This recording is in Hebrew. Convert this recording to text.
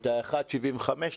את ה-1.75 מיליארד שקלים.